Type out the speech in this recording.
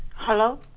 hello?